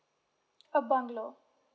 a bungalow